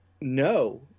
no